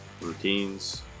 Routines